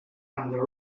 and